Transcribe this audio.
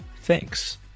Thanks